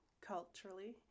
culturally